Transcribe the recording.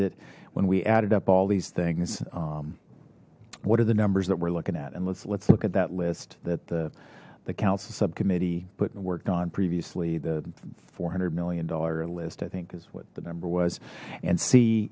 it when we added up all these things what are the numbers that we're looking at and let's let's look at that list that the the council subcommittee put and worked on previously the four hundred million dollar list i think is what the number was and see